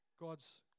God's